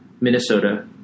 Minnesota